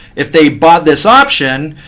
if they bought this option,